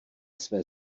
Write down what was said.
své